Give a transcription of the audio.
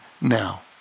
now